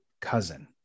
cousin